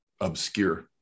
obscure